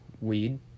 weed